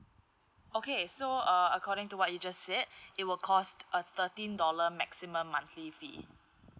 okay so uh according to what you just said it will cost a thirteen dollar maximum monthly fee